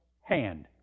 hand